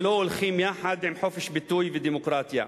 שלא הולכים יחד עם חופש ביטוי ודמוקרטיה.